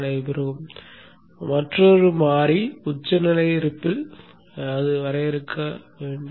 வரையறுக்க வேண்டிய மற்றொரு மாறி பீக் டு பீக் ரிப்பில் ஆகும்